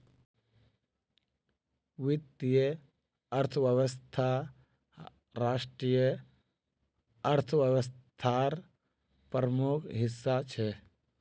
वीत्तिये अर्थवैवस्था राष्ट्रिय अर्थ्वैवास्थार प्रमुख हिस्सा छे